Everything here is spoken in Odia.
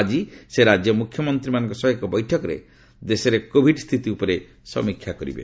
ଆଜି ସେ ରାଜ୍ୟ ମୁଖ୍ୟମନ୍ତ୍ରୀମାନଙ୍କ ସହ ଏକ ବୈଠକରେ ଦେଶରେ କୋଭିଡ୍ ସ୍ଥିତି ଉପରେ ସମୀକ୍ଷା କରିବେ